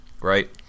right